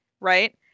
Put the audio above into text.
right